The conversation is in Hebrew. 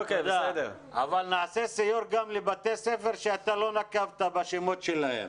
אבל נעשה סיור גם לבתי ספר שאתה לא נקבת בשמות שלהם.